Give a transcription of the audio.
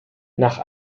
nach